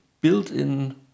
built-in